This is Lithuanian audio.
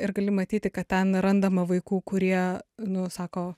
ir gali matyti kad ten randama vaikų kurie nu sako